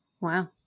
Wow